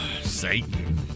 Satan